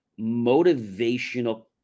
motivational